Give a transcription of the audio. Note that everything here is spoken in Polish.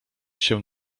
się